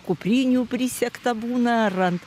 kuprinių prisegta būna ar ant